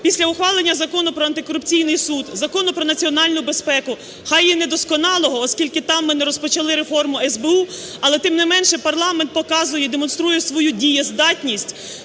Після ухвалення Закону про антикорупційний суд, Закону про національну безпеку, хай і недосконалого, оскільки там ми не розпочали реформу СБУ, але тим не менше, парламент показує і демонструє свою дієздатність